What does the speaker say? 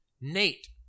Nate